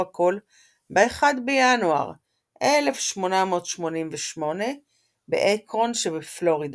קול ב-1 בינואר 1888 באקרון שבפלורידה,